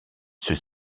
ceux